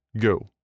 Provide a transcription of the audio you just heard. go